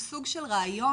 הוא סוג של רעיון,